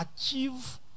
achieve